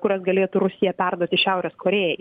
kurias galėtų rusija perduoti šiaurės korėjai